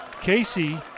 Casey